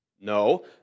No